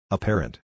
Apparent